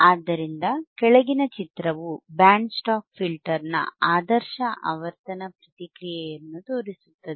ಆದ್ದರಿಂದ ಕೆಳಗಿನ ಚಿತ್ರವು ಬ್ಯಾಂಡ್ ಸ್ಟಾಪ್ ಫಿಲ್ಟರ್ನ ಆದರ್ಶ ಆವರ್ತನ ಪ್ರತಿಕ್ರಿಯೆಯನ್ನು ತೋರಿಸುತ್ತದೆ